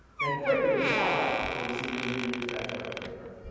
then quickly log off before you see him reuse that toilet paper.